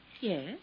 Yes